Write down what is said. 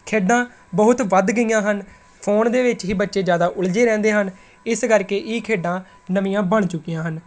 ਖੇਡਾਂ ਬਹੁਤ ਵੱਧ ਗਈਆਂ ਹਨ ਫੋਨ ਦੇ ਵਿੱਚ ਹੀ ਬੱਚੇ ਜ਼ਿਆਦਾ ਉਲਝੇ ਰਹਿੰਦੇ ਹਨ ਇਸ ਕਰਕੇ ਇਹ ਖੇਡਾਂ ਨਵੀਆਂ ਬਣ ਚੁੱਕੀਆਂ ਹਨ